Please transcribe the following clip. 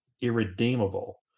irredeemable